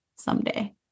someday